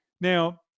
Now